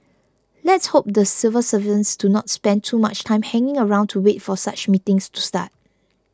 let's hope the civil servants do not spend too much time hanging around to wait for such meetings to start